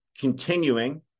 continuing